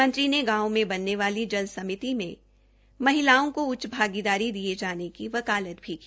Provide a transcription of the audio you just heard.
मंत्री ने गांवों में बनने वाली जल आपूर्ति मे महिलाओं को उच्च भागीदारी दिये जाने की वकालत भी की